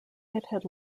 had